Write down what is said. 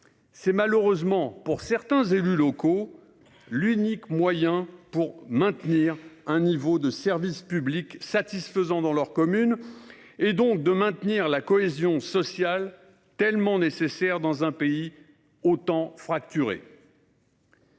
donc, malheureusement, pour certains élus locaux, l’unique moyen de maintenir un niveau de service public satisfaisant dans leur commune, et donc la cohésion sociale, qui est tellement nécessaire dans un pays aussi fracturé.